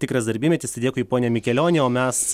tikras darbymetis tai dėkui pone mikelioni o mes